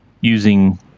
using